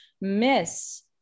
miss